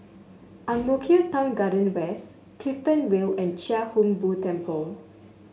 Ang Mo Kio Town Garden West Clifton Vale and Chia Hung Boo Temple